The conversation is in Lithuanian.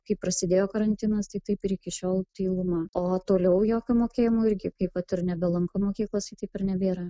kai prasidėjo karantinas tai taip ir iki šiol tyluma o toliau jokio mokėjimo irgi kaip vat ir nebelanko mokyklos tai taip ir nebėra